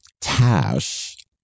Tash